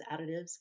additives